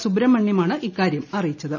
സുബ്രഹ്മണ്യമാണ് ഇക്കാര്യം അറിയിച്ചത്